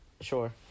Sure